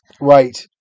Right